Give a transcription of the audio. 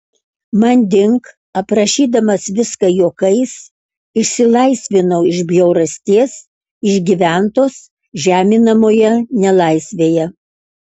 manding aprašydamas viską juokais išsilaisvinau iš bjaurasties išgyventos žeminamoje nelaisvėje